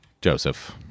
joseph